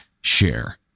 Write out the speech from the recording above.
share